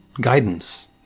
guidance